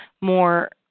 more